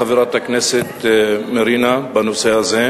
חברי הכנסת, נא לשבת,